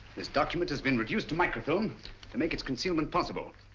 this document has been reduced to microfilm to make its concealment possible.